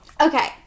okay